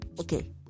Okay